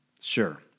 Sure